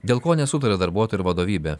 dėl ko nesutaria darbuotojai ir vadovybė